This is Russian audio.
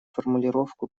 формулировку